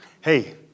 hey